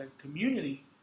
community